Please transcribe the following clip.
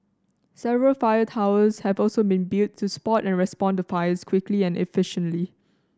several fire towers have also been built to spot and respond to fires quickly and efficiently